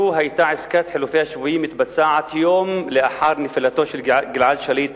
לו היתה עסקת חילופי השבויים מתבצעת יום לאחר נפילתו של גלעד שליט